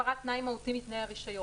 היה "הפרת תנאי מהותי מתנאי הרישיון".